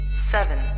seven